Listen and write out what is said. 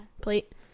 plate